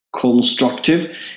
constructive